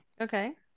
Okay